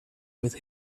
with